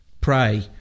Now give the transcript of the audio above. pray